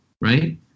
Right